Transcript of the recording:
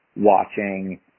watching